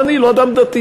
גם אני לא אדם דתי,